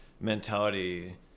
mentality